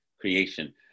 creation